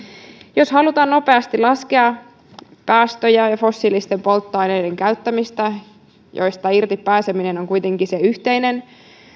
jos halutaan nopeasti laskea päästöjä ja fossiilisten polttoaineiden käyttämistä josta irti pääseminen on kuitenkin se yhteinen